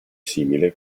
simile